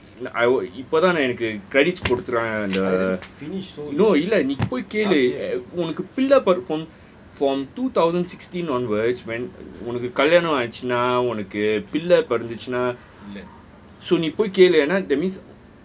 I will இப்ப தான் எனக்கு: ippa thaan enakku credits குடுக்கிறாங்க:kudukkuraanaga the no இப்போ கேழு:ippo kealu from two thousand sixteen onwards when உனக்கு கல்யானம் ஆச்சுனா உனக்குப புள்ள பொறந்திச்சினா: unakku kalyaanam aachu na unakku pilla poranthichi na so நீ போய் கேழு:nee poi kealu that means